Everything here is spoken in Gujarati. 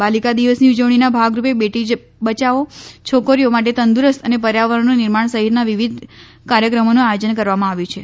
બાલિકા દિવસની ઉજવણીના ભાગરૂપે બેટી બયાવો છોકરીઓ માટે તંદુરસ્ત અને પર્યાવરણનું નિર્માણ સહિતના વિવિધ કાર્યક્રમોનું આયોજન કરવામાં આવ્યું છે